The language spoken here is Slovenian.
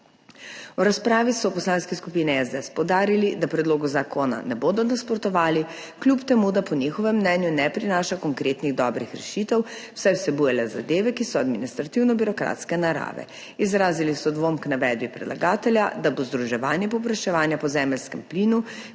V razpravi so v Poslanski skupini SDS poudarili, da predlogu zakona ne bodo nasprotovali, kljub temu da po njihovem mnenju ne prinaša konkretnih dobrih rešitev, saj vsebuje le zadeve, ki so administrativno-birokratske narave. Izrazili so dvom k navedbi predlagatelja, da bo združevanje povpraševanja po zemeljskem plinu